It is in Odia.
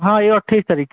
ହଁ ଏଇ ଅଠେଇଶ ତାରିଖ